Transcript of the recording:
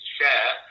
share